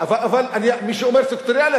אבל מי שאומר "סקטוריאלי",